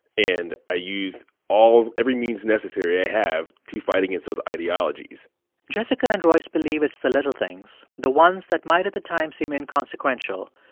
and i use all every means necessary i have to fight against those ideologies jessica and royce believe it's the little things, the ones that might, at the time, seem inconsequential.